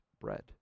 bread